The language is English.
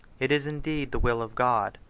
it is indeed the will of god,